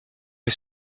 est